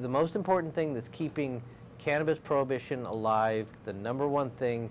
the most important thing that's keeping cannabis prohibition alive the number one thing